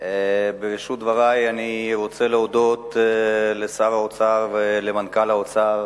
בראשית דברי אני רוצה להודות לשר האוצר ולמנכ"ל האוצר